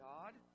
God